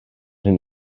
hyn